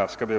statliga planeringen.